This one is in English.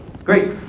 Great